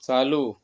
चालू